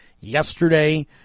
yesterday